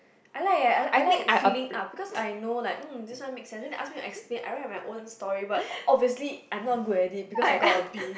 I like leh I like filling up because I know like this one make sense then they ask me explain I write my own story obviously I am not creative because I got a B